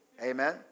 amen